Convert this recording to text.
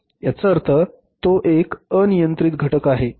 याचा अर्थ तो एक अनियंत्रित घटक आहे